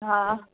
हा